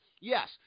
Yes